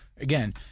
again